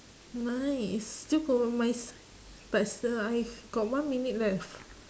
nice still got my s~ but still I got one minute left